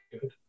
good